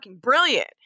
brilliant